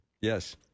Yes